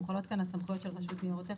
מוחלות כאן הסמכויות של רשות ניירות ערך